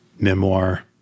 memoir